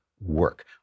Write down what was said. work